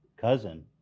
Cousin